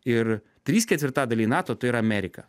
ir trys ketvirtadaliai nato tai yra amerika